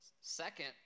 Second